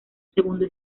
segundo